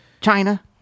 China